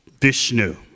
Vishnu